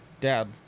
dad